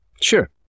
sure